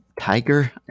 tiger